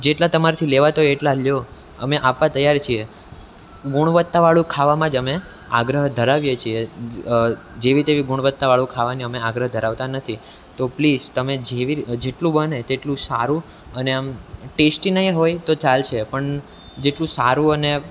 જેટલા તમારથી લેવાતા હોય એટલા લ્યો અમે આપવા તૈયાર છીએ ગુણવત્તાવાળું ખાવામાં જ અમે આગ્રહ ધરાવીએ છીએ જેવી તેવી ગુણવત્તાવાળું ખાવાની અમે આગ્રહ ધરાવતા નથી તો પ્લીઝ તમે જેવી જેટલું બને તેટલું સારું અને આમ ટેસ્ટી નહીં હોય તો ચાલશે પણ જેટલું સારું અને